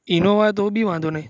Innova તો બી વાંધો નહીં